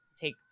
take